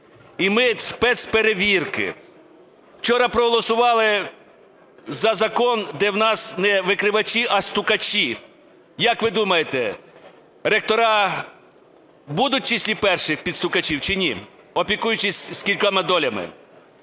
і ми – спецперевірки. Вчора проголосували за закон, де у нас не викривачі, а "стукачі". Як ви думаєте, ректори будуть в числі перших "підстукачів" чи ні, опікуючись скількома долями.